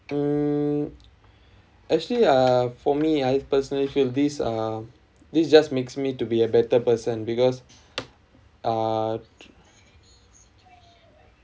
um actually uh for me I personally feel this uh this just makes me to be a better person because uh